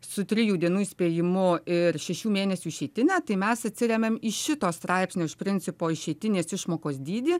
su trijų dienų įspėjimu ir šešių mėnesių išeitine tai mes atsiremiam į šito straipsnio iš principo išeitinės išmokos dydį